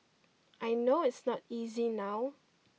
I know it's not easy now